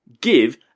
give